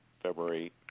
February